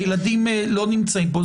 הילדים לא נמצאים פה.